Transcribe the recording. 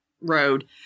road